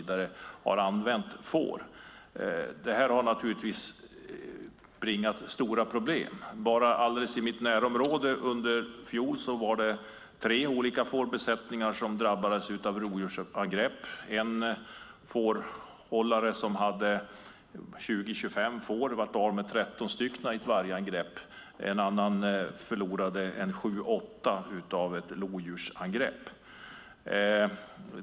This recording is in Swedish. Det har medfört stora problem. I mitt närområde var det tre fårbesättningar som drabbades av rovdjursangrepp förra året. En fårhållare som hade 20-25 får blev av med 13 stycken i ett vargangrepp. En annan förlorade 7-8 stycken i ett lodjursangrepp.